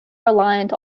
reliant